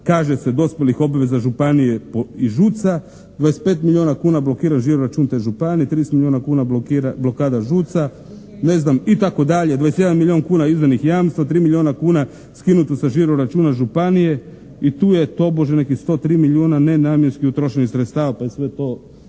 kaže se dospjelih obveza županije po ŽUC-a, 25 milijuna kuna blokira žiro račun te županije, 30 milijuna kuna blokira, blokada ŽUC-a, ne znam, itd. 21 milijun kuna izdanih jamstva, 3 milijuna kuna skinuto sa žiro računa županije i tu je tobože nekih 103 milijuna nenamjenski utrošenih sredstava pa je sve to